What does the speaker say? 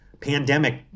pandemic